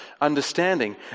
understanding